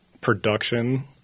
production